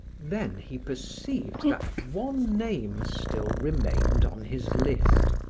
then he perceived that one name still remained on his list.